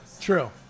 True